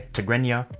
tigrinya,